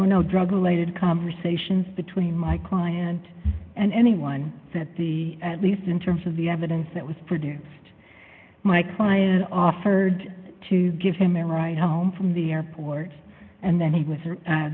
were no drug related conversations between my client and anyone at least in terms of the evidence that was produced my client offered to give him a ride home from the airport and then he was